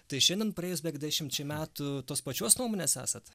tai šiandien praėjus beveik dešimčiai metų tos pačios nuomonės esat